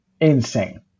insane